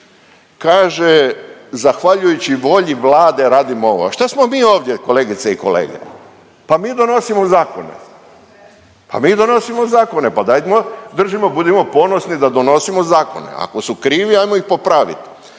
Kaže, zahvaljujući volji Vlade radim ovo, a šta smo mi ovdje, kolegice i kolege? Pa mi donosimo zakone. Pa mi donosimo zakone, pa dajmo, držimo, budimo ponosni da donosimo zakone. Ako su krivi, ajmo ih popravit.